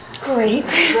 Great